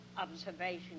observation